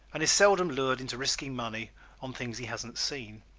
and is seldom lured into risking money on things he has not seen.